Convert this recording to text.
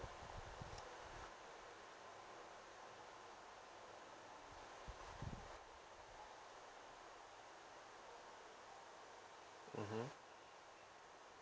mmhmm